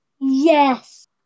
Yes